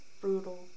brutal